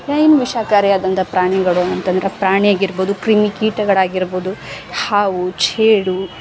ವಿಷಕಾರಿಯಾದಂಥ ಪ್ರಾಣಿಗಳು ಅಂತಂದ್ರೆ ಪ್ರಾಣಿಯಾಗಿರ್ಬೋದು ಕ್ರಿಮಿ ಕೀಟಗಳಾಗಿರ್ಬೋದು ಹಾವು ಚೇಳು